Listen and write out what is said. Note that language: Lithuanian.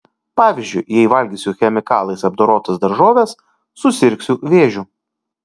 pavyzdžiui jei valgysiu chemikalais apdorotas daržoves susirgsiu vėžiu